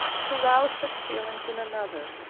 to rouse such feelings in another,